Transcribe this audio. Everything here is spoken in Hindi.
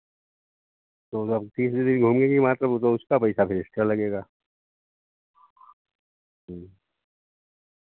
तो जब तीन तीन दिन घूमेंगी वहाँ तब तो उसका पैसा फिर एक्स्ट्रा लगेगा हाँ